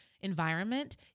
environment